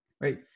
right